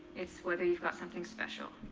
it's whether you've got something special.